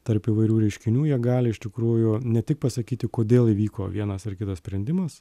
tarp įvairių reiškinių jie gali iš tikrųjų ne tik pasakyti kodėl įvyko vienas ar kitas sprendimas